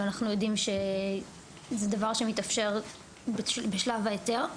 ואנחנו יודעים שזהו דבר שמתאפשר בשלב ההיתר,